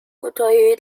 côtoyé